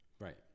Right